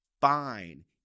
fine